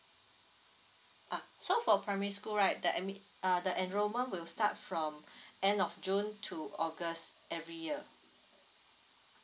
uh so for primary school right the admi~ uh the enrolment will start from end of june to august every year